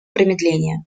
промедления